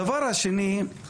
דבר שני,